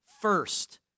first